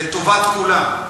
לטובת כולם,